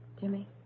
Jimmy